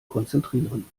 konzentrieren